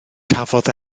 cafodd